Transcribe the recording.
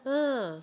ah